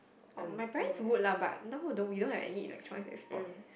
oh my parents would lah but now we don't have electronics that spoilt